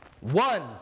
One